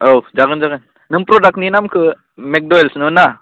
औ जागोन जागोन नों प्रदाक्टनि नामखौ मेगदवेल्सल' ना